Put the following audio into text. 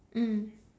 mm